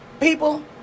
People